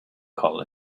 call